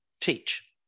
teach